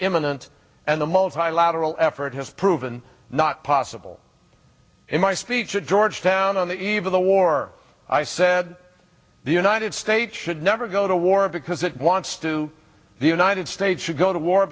imminent and the multilateral effort has proven not possible in my speech at georgetown on the eve of the war i said the united states should never go to war because it wants to the united states should go to war